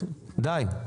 די.